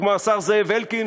כמו השר זאב אלקין,